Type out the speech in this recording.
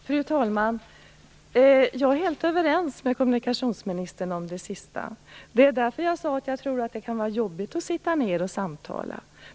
Fru talman! Jag är helt överens med kommunikationsministern om det sista. Det är därför jag sade att jag tror att det kan vara jobbigt att sitta ned och samtala.